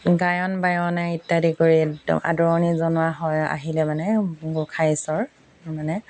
গায়ন বায়নে ইত্যাদি কৰি একদম আদৰণি জনোৱা হয় আহিলে মানে গোসাঁইচৰ মানে